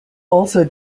also